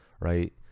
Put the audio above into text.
right